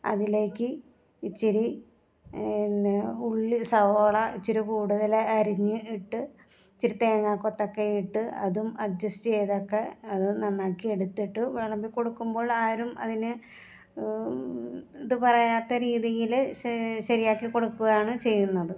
അതിലേക്ക് ഇച്ചിരി പിന്നെ ഉള്ളി സവോള ഇച്ചിരി കൂടുതലായി അരിഞ്ഞ് ഇട്ട് ഇച്ചിരി തേങ്ങാ കൊത്തൊക്കെ ഇട്ട് അതും അഡ്ജസ്റ്റ് ചെയ്തൊക്കെ അത് നന്നാക്കി എടുത്തിട്ട് വിളമ്പി കൊടുക്കുമ്പോൾ ആരും അതിനെ ഇത് പറയാത്ത രീതിയിൽ ശരിയാക്കി കൊടുക്കുകയാണ് ചെയ്യുന്നത്